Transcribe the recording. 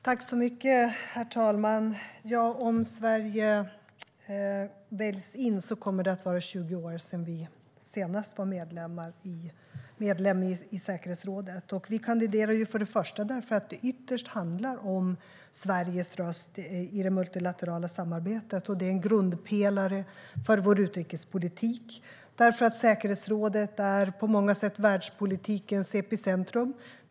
Herr talman! Om Sverige väljs in kommer det att vara 20 år sedan vi senast var medlem i säkerhetsrådet. Vi kandiderar för det första eftersom det ytterst handlar om Sveriges röst i det multilaterala samarbetet. Det är en grundpelare för vår utrikespolitik. Säkerhetsrådet är på många sätt världspolitikens epicentrum.